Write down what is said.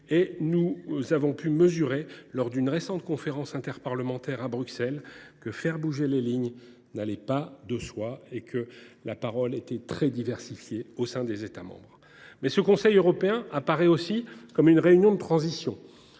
nous avons pu mesurer, lors d’une récente conférence interparlementaire à Bruxelles, que faire bouger les lignes n’allait pas de soi et que les paroles étaient diverses au sein des États membres. Ce Conseil européen apparaît aussi comme une réunion de transition,